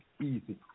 Easy